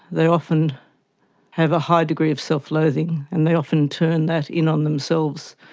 they often have a high degree of self-loathing and they often turn that in on themselves.